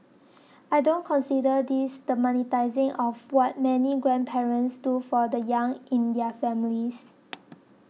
I don't consider this the monetising of what many grandparents do for the young in their families